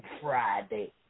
Friday